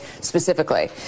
specifically